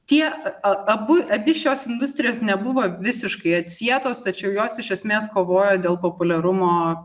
tie abu abi šios industrijos nebuvo visiškai atsietos tačiau jos iš esmės kovojo dėl populiarumo